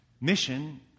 Mission